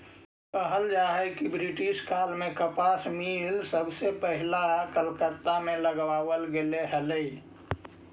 कहल जा हई कि ब्रिटिश काल में कपास मिल सबसे पहिला कलकत्ता में लगावल गेले हलई